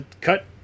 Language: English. cut